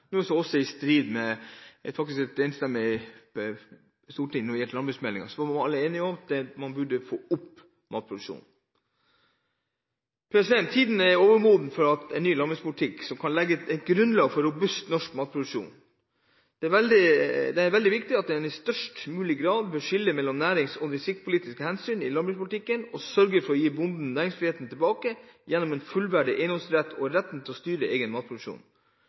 i strid med det et enstemmig storting gikk inn for i forbindelse med landbruksmeldingen. Da var alle enige om at man burde få opp matproduksjonen. Tiden er overmoden for en ny landbrukspolitikk som kan legge grunnlag for en robust norsk matproduksjon. Det er veldig viktig at man i størst mulig grad bør skille næringspolitiske og distriktspolitiske hensyn i landbrukspolitikken, og sørge for å gi bonden næringsfriheten tilbake gjennom en fullverdig eiendomsrett og retten til å styre egen matproduksjon.